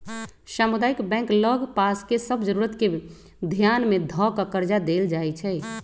सामुदायिक बैंक लग पास के सभ जरूरत के ध्यान में ध कऽ कर्जा देएइ छइ